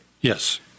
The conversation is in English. Yes